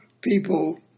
people